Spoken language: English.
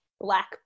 black